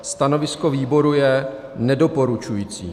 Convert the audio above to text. Stanovisko výboru je nedoporučující.